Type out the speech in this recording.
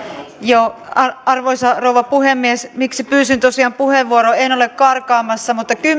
arvoisa rouva puhemies miksi pyysin tosiaan puheenvuoron en ole karkaamassa mutta